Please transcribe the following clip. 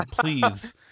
Please